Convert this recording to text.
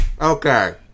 Okay